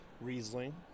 Riesling